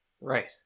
Right